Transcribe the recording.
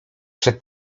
przed